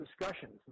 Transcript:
discussions